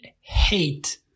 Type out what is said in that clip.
hate